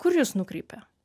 kur jūs nukrypę